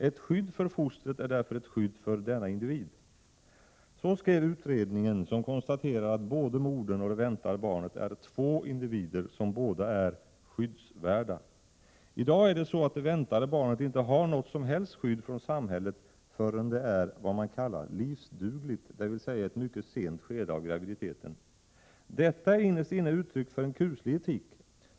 Ett skydd för fostret är därför ett skydd för denna individ.” Så skrev utredningen, som konstaterar att modern och det väntade barnet är två individer som båda är ”skyddsvärda”. I dag är det så att det väntade barnet inte har något som helst skydd från samhället förrän det är vad man kallar ”livsdugligt”, dvs. i ett mycket sent skede av graviditeten. Detta är innerst inne uttryck för en kuslig etik.